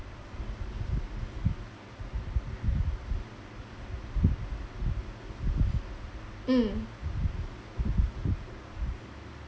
mm